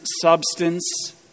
substance